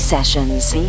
Sessions